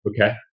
Okay